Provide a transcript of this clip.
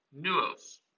Nuos